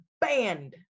banned